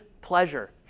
pleasure